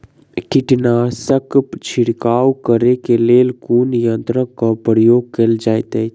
कीटनासक छिड़काव करे केँ लेल कुन यंत्र केँ प्रयोग कैल जाइत अछि?